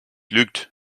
lügt